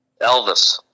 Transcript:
Elvis